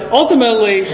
ultimately